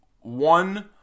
one